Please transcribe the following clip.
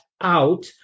out